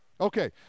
Okay